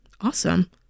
Awesome